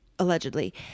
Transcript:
Allegedly